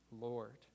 Lord